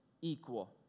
equal